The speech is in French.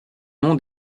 nom